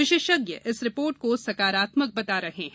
विशेषज्ञ इस रिपोर्ट को सकारात्मक बता रहे हैं